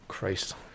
Christ